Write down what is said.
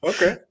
Okay